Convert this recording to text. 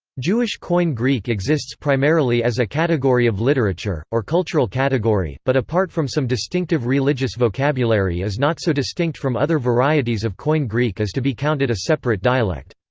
jewish koine greek exists primarily as a category of literature, or cultural category, but apart from some distinctive religious vocabulary is not so distinct from other varieties of koine greek as to be counted a separate dialect.